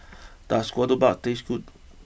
does Ketupat taste good